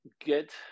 get